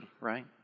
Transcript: right